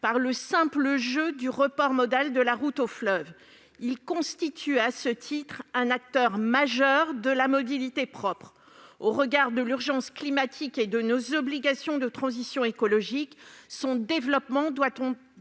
par le simple jeu du report modal de la route au fleuve. Il constitue, à ce titre, un acteur majeur de la mobilité propre. Au regard de l'urgence climatique et de nos obligations de transition écologique, son développement doit